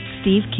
Steve